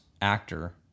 actor